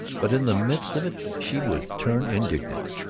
but in the midst of it she would turn indignant.